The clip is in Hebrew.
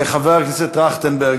חבר הכנסת טרכטנברג,